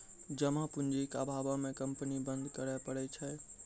जमा पूंजी के अभावो मे कंपनी बंद करै पड़ै छै